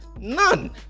None